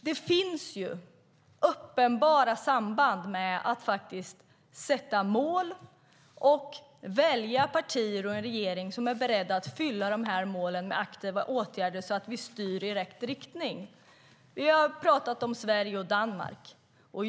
Det finns uppenbara samband mellan att sätta upp mål och att välja partier och en regering som är beredd att fylla målen med aktiva åtgärder, så att vi styr i rätt riktning. Vi har talat om Sverige och Danmark.